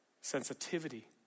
sensitivity